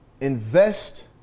Invest